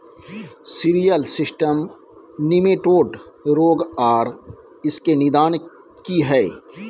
Cereal system nematode रोग आर इसके निदान की हय?